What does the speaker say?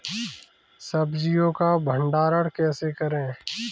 सब्जियों का भंडारण कैसे करें?